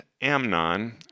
Amnon